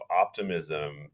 optimism